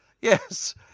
Yes